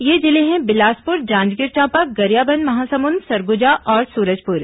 ये जिले हैं बिलासपुर जांजगीर चांपा गरियाबंद महासमुंद सरगुजा और सूरजपुर